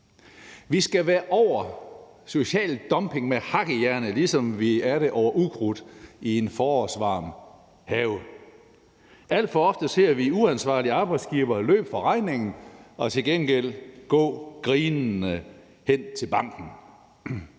Vi skal være over social dumping med hakkejernet, ligesom vi er det over ukrudt i en forårsvarm have. Alt for ofte ser vi uansvarlige arbejdsgivere løbe fra regningen og til gengæld gå grinende hen til banken.